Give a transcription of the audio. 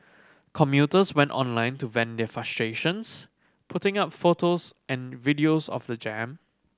commuters went online to vent their frustrations putting up photos and videos of the jam